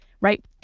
right